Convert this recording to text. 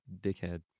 dickhead